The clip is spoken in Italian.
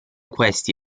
questi